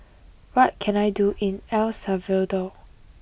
what can I do in El Salvador